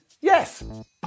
Yes